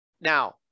Now